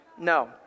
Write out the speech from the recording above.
No